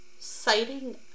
citing